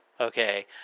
Okay